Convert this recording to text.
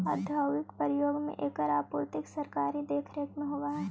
औद्योगिक प्रयोग में एकर आपूर्ति सरकारी देखरेख में होवऽ हइ